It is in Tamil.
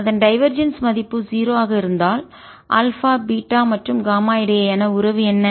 அதன் டைவர்ஜன்ஸ் மதிப்பு 0 ஆக இருந்தால் ஆல்பா பீட்டா மற்றும் காமா இடையேயான உறவு என்ன